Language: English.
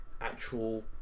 actual